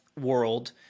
world